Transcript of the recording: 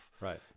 Right